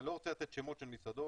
אני לא רוצה לתת שמות של מסעדות,